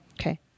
Okay